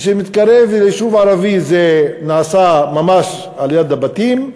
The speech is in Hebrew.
כשהוא מתקרב ליישוב ערבי זה נעשה ממש על-יד הבתים.